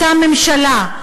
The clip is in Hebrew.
אותה ממשלה,